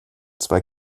zwei